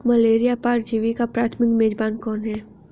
Malaria परजीवी का प्राथमिक मेजबान कौन है?